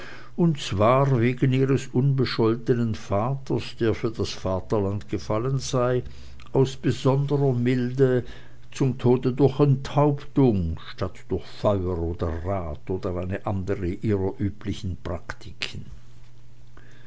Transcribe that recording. und zwar wegen ihres unbescholtenen vaters der für das vaterland gefallen sei aus besonderer milde zum tode durch enthauptung statt durch feuer oder rad oder eine andere ihrer üblichen praktiken